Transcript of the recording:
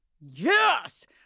Yes